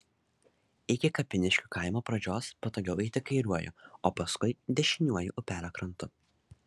iki kapiniškių kaimo pradžios patogiau eiti kairiuoju o paskui dešiniuoju upelio krantu